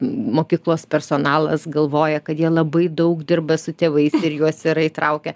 mokyklos personalas galvoja kad jie labai daug dirba su tėvais ir juos yra įtraukia